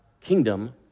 kingdom